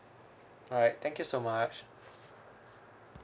alright thank you so much